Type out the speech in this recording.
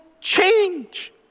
change